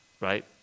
right